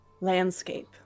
Landscape